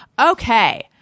Okay